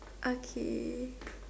okay